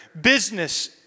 business